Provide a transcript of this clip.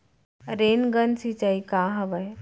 Rain gun सिंचाई का हवय?